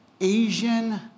Asian